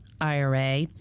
IRA